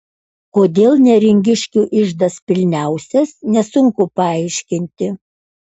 kodėl neringiškių iždas pilniausias nesunku paaiškinti